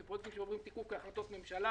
אלה פרויקטים שעוברים תיקוף כהחלטות ממשלה